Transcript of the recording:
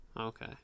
Okay